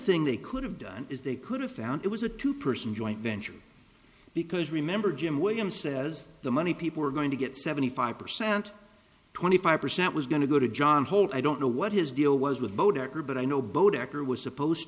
thing they could have done is they could have found it was a two person joint venture because remember jim williams says the money people were going to get seventy five percent twenty five percent was going to go to john holt i don't know what his deal was with her but i know bode acker was supposed